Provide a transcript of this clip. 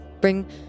bring